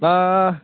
दा